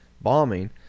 bombing